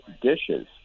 dishes